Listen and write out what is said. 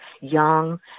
young